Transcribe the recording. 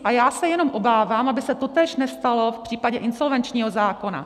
A já se jenom obávám, aby se totéž nestalo v případě insolvenčního zákona.